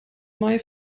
may